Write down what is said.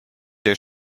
der